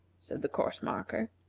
said the course-marker.